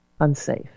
Unsafe